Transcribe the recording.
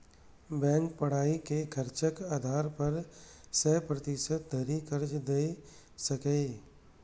bank पढ़ाइक खर्चक आधार पर सय प्रतिशत धरि कर्ज दए सकैए